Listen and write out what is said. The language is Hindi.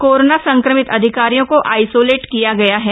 कोरोना संक्रमित अधिकारियों को आईसोलेट किया गया है